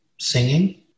singing